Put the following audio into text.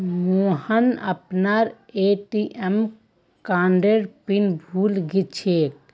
मोहन अपनार ए.टी.एम कार्डेर पिन भूले गेलछेक